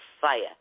fire